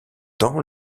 temps